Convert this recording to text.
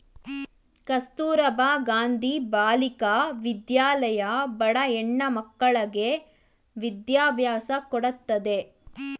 ಕಸ್ತೂರಬಾ ಗಾಂಧಿ ಬಾಲಿಕಾ ವಿದ್ಯಾಲಯ ಬಡ ಹೆಣ್ಣ ಮಕ್ಕಳ್ಳಗೆ ವಿದ್ಯಾಭ್ಯಾಸ ಕೊಡತ್ತದೆ